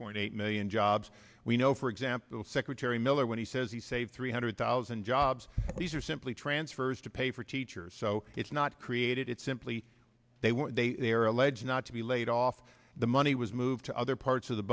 point eight million jobs we know for example secretary miller when he says he saved three hundred thousand jobs these are simply transfers to pay for teachers so it's not created it's simply they were they they're alleged not to we laid off the money was moved to other parts of the